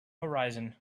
horizon